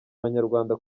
abanyarwanda